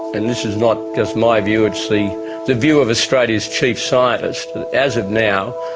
and this is not just my view, it's the the view of australia's chief scientist, that as of now,